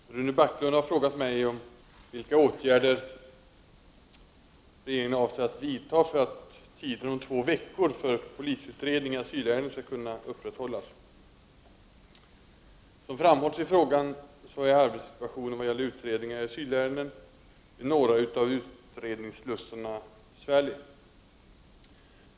Fru talman! Rune Backlund har frågat mig vilka åtgärder regeringen avser att vidta för att tiden om två veckor för polisutredning i asylärenden skall kunna upprätthållas. Som framhålls i frågan är arbetssituationen vad gäller utredningar i asylärenden vid några av utredningsslussarna besvärlig.